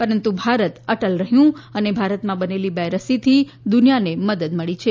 પરંતુ ભારત અટલ રહ્યું અને ભારતમાં બનેલી બે રસીથી દુનિયાને મદદ મળી છે